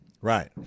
Right